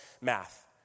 math